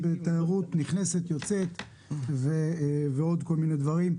בתיירות נכנסת ויוצאת ובעוד כל מיני דברים.